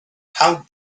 how